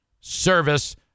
service